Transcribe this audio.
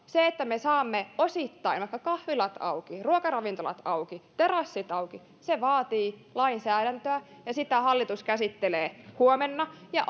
se että me saamme osittain vaikka kahvilat auki ruokaravintolat auki terassit auki vaatii lainsäädäntöä ja sitä hallitus käsittelee huomenna ja